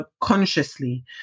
consciously